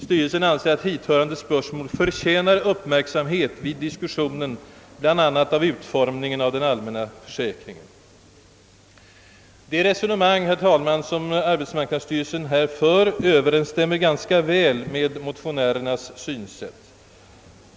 Styrelsen anser att hithörande spörsmål förtjänar uppmärksamhet vid diskussionen bl.a. av utformningen av den allmänna försäkringen.» Det resonemang, som arbetsmarknadsstyrelsen här för Ööverensstämmer ganska väl med motionärernas synsätt.